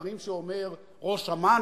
לדברים שאמר ראש אמ"ן,